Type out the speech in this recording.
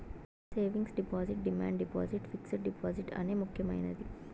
savings deposit demand deposit fixed deposit అనే ముక్యమైనది